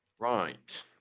Right